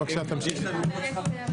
הוא רצה אותם